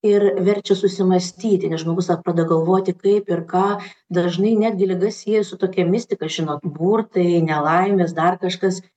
ir verčia susimąstyti nes žmogus pradeda galvoti kaip ir ką dažnai netgi ligas sieja su tokia mistika žinot burtai nelaimės dar kažkas